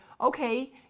okay